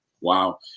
Wow